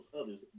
others